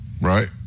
right